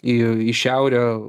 į į šiaurę